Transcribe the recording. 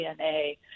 DNA